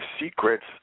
secrets